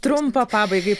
trumpą pabaigai